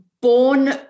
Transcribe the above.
born